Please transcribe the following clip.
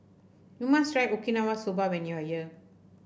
you must try Okinawa Soba when you are here